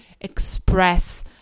express